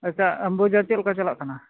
ᱟᱪᱷᱟ ᱮᱢᱵᱩᱡᱟ ᱪᱮᱫ ᱞᱮᱠᱟ ᱪᱟᱞᱟᱜ ᱠᱟᱱᱟ